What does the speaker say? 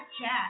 chat